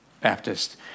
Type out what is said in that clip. Baptist